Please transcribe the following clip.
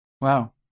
Wow